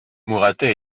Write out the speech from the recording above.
mouratet